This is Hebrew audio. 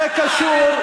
זה קשור.